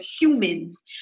humans